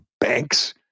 banks